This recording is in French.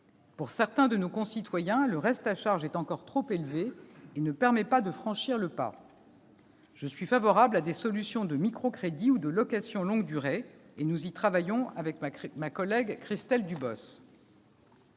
Pour certains de nos concitoyens, le reste à charge est encore trop élevé et ne permet pas de franchir le pas. Je suis favorable à des solutions de microcrédits ou de location longue durée ; nous y travaillons avec ma collègue Christelle Dubos.